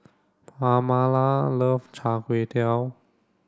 Pamala loves Char Kway Teow